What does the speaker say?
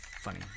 funny